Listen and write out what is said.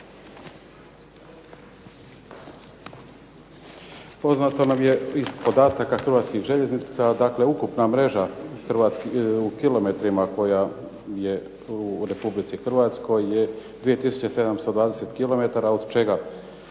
Poznato nam je iz podataka Hrvatskih željeznica dakle ukupna mreža u km koja je u RH je 2 tisuće 720 km od čega